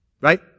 Right